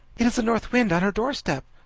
it is north wind on her doorstep,